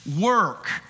work